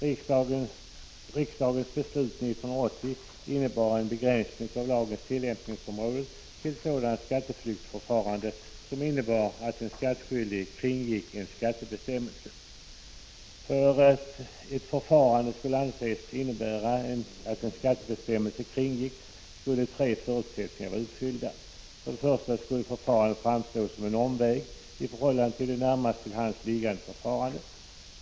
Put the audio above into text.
Riksdagens beslut 1980 innebar en begränsning av lagens tillämpningsområde till sådana skatteflyktsförfaranden som innebar att den skattskyldige 51 kringgick en skattebestämmelse. För att ett förfarande skulle anses innebära att en skattebestämmelse 11 december 1985 kringgicks skulle tre förutsättningar vara uppfyllda. För det första skulle förfarandet framstå som en omväg i förhållande till det närmast till hands liggande förfarandet.